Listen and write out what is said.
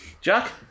Jack